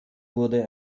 wurde